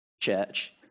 church